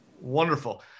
Wonderful